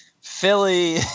Philly